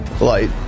light